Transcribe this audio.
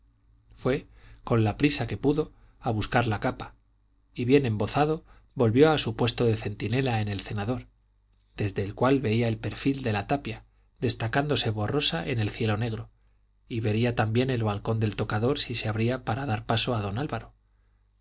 fue con la prisa que pudo a buscar la capa y bien embozado volvió a su puesto de centinela en el cenador desde el cual veía el perfil de la tapia destacándose borrosa en el cielo negro y vería también el balcón del tocador si se abría para dar paso a don álvaro